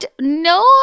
No